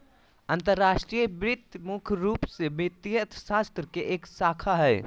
अंतर्राष्ट्रीय वित्त मुख्य रूप से वित्तीय अर्थशास्त्र के एक शाखा हय